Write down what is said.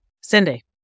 Cindy